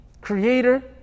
creator